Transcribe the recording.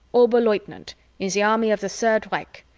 oberleutnant in the army of the third reich.